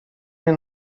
mnie